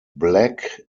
black